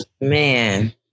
man